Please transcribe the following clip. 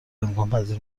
امکانپذیر